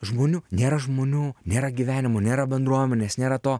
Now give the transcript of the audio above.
žmonių nėra žmonių nėra gyvenimo nėra bendruomenės nėra to